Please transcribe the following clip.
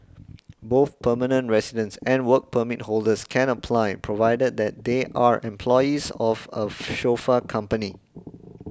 both permanent residents and Work Permit holders can apply provided that they are employees of a chauffeur company